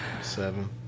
Seven